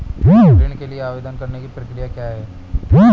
ऋण के लिए आवेदन करने की प्रक्रिया क्या है?